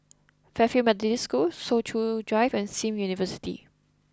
Fairfield Methodist School Soo Chow Drive and Sim University